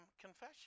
confession